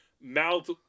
mouth